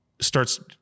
starts